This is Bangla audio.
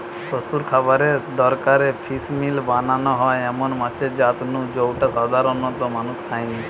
পশুর খাবারের দরকারে ফিসমিল বানানা হয় এমন মাছের জাত নু জউটা সাধারণত মানুষ খায়নি